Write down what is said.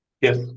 Yes